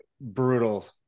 brutal